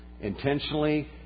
Intentionally